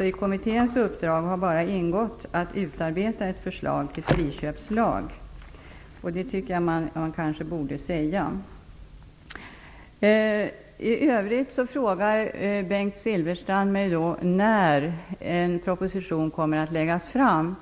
I kommitténs uppdrag har alltså bara ingått att utarbeta ett förslag till friköpslag. Det borde också sägas. I övrigt frågar Bengt Silfverstrand när en proposition kommer att läggas fram.